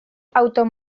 autos